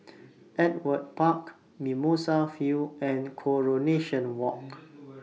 Ewart Park Mimosa View and Coronation Walk